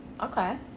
Okay